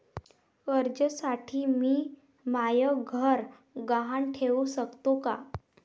कर्जसाठी मी म्हाय घर गहान ठेवू सकतो का